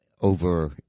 over